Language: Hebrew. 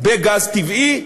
בגז טבעי,